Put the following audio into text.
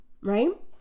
Right